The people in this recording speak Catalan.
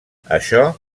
això